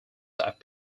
that